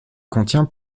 contient